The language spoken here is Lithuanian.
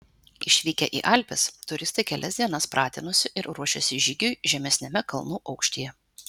išvykę į alpes turistai kelias dienas pratinosi ir ruošėsi žygiui žemesniame kalnų aukštyje